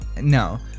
No